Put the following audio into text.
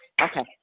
okay